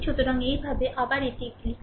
সুতরাং এইভাবে আবার এটি এটি লিখতে